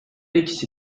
ikisi